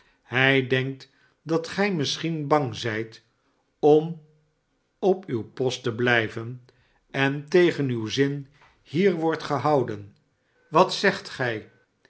hij denkt dat gij misschien bang zijt om op tiw post te blijven en tegen uw zin hier wordt gehouden wat zegt gij